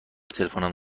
تلفنم